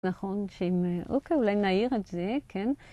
נכון, אוקיי, אולי נעיר את זה, כן.